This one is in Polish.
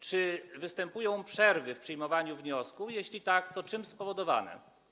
Czy występują przerwy w przyjmowaniu wniosków, a jeśli tak, to czym są one spowodowane?